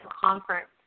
conference